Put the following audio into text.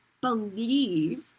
believe